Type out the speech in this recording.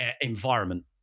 environment